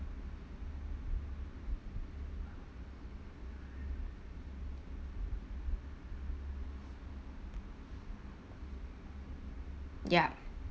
ya